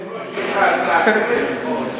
אדוני היושב-ראש, יש לך הצעה אחרת?